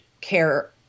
care